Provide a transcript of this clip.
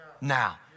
now